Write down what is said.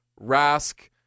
Rask